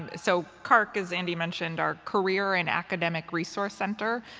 and so carc, as andy mentioned our career and academic resource center.